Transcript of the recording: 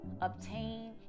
Obtain